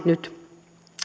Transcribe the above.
nyt